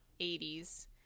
80s